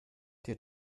dir